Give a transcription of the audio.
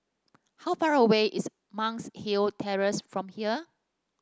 how far away is Monk's Hill Terrace from here